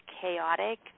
chaotic